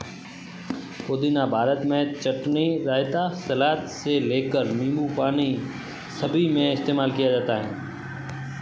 पुदीना भारत में चटनी, रायता, सलाद से लेकर नींबू पानी सभी में इस्तेमाल किया जाता है